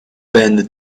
band